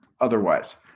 otherwise